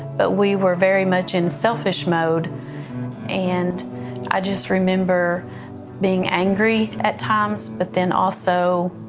that we were very much in selfish mode and i just remember being angry at times, but then also